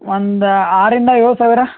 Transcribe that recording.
ಒಂದು ಆರರಿಂದ ಏಳು ಸಾವಿರ